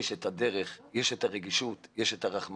יש את הדרך, יש את הרגישות, יש את הרחמנות.